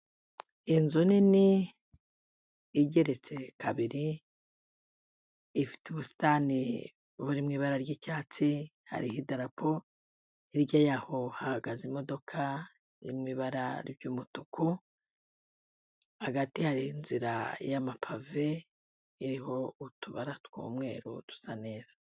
Inzu nini igeretse kabiri, ifite ubusitani buri mu ibara ry'icyatsi hariho idarapo, hirya yaho hahagaze imodoka iri mu ibara ry'umutuku, hagati hari inzira y'amapave iriho utubara tw'umweru dusa neza.